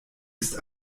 ist